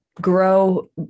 grow